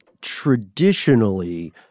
traditionally